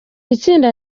itsinda